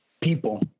people